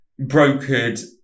brokered